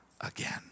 again